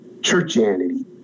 churchianity